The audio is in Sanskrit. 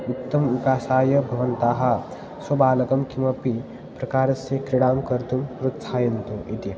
उत्तमः विकासाय भवन्तः स्वबालकं किमपि प्रकारस्य क्रीडां कर्तुं प्रोत्साहयन्तु इति